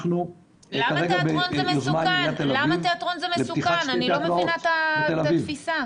אנחנו כרגע ביוזמה עם עיריית תל אביב לפתיחת שתי תיאטראות בתל אביב